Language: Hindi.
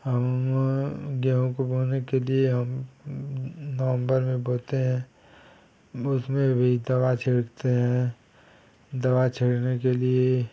हम गेहूँ को बोने के लिए हम नवम्बर में बोते हैं उसमें भी दवा छिड़कते हैं दवा छिड़कने के लिए